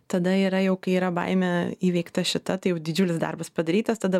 tada yra jau kai yra baimė įveikta šita tai jau didžiulis darbas padarytas tada